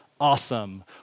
awesome